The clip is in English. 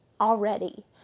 already